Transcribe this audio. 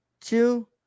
two